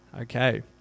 Okay